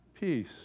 peace